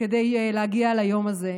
כדי להגיע ליום הזה.